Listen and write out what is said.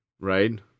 right